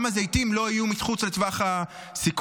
גם הזיתים לא יהיו מחוץ לטווח הסיכון.